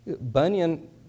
Bunyan